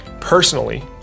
Personally